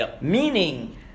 meaning